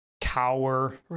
cower